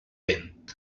vent